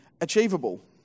achievable